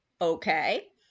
okay